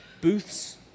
booths